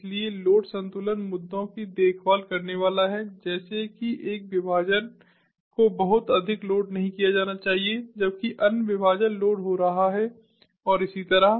इसलिए लोड संतुलन मुद्दों की देखभाल करने वाला है जैसे कि एक विभाजन को बहुत अधिक लोड नहीं किया जाना चाहिए जबकि अन्य विभाजन लोड हो रहा है और इसी तरह